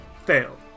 fail